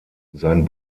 sein